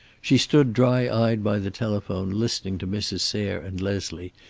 she stood dry-eyed by the telephone, listening to mrs. sayre and leslie,